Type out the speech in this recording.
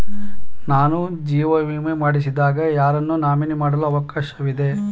ನಾನು ಜೀವ ವಿಮೆ ಮಾಡಿಸಿದಾಗ ಯಾರನ್ನು ನಾಮಿನಿ ಮಾಡಲು ಅವಕಾಶವಿದೆ?